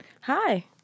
Hi